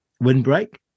windbreak